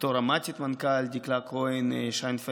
איתו רמ"טית המנכ"ל דיקלה כהן-שיינפלד,